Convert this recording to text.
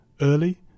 early